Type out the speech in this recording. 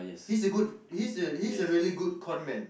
he's a good he's a he's a really good conman